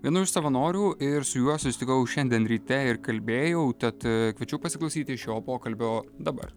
vienu iš savanorių ir su juo susitikau šiandien ryte ir kalbėjau tad kviečiu pasiklausyti šio pokalbio dabar